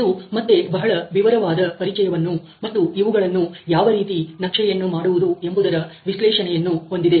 ಇದು ಮತ್ತೆ ಬಹಳ ವಿವರವಾದ ಪರಿಚಯವನ್ನು ಮತ್ತು ಇವುಗಳನ್ನು ಯಾವ ರೀತಿ ನಕ್ಷೆಯನ್ನು ಮಾಡುವುದು ಎಂಬುದರ ವಿಶ್ಲೇಷಣೆಯನ್ನು ಹೊಂದಿದೆ